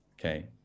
Okay